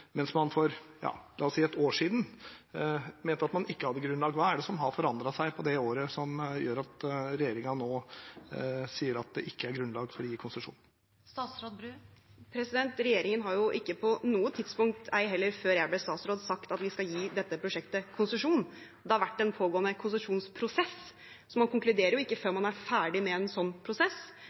mens man for – la oss si – ett år siden mente at man hadde grunnlag? Hva har forandret seg på det året, som gjør at regjeringen nå sier at det ikke er grunnlag for å gi konsesjon? Regjeringen har ikke på noe tidspunkt, ei heller før jeg ble statsråd, sagt at vi skal gi dette prosjektet konsesjon. Det har vært en pågående konsesjonsprosess. Man konkluderer jo ikke før man er ferdig med en sånn prosess.